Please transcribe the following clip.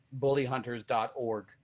bullyhunters.org